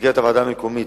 במסגרת הוועדה המקומית.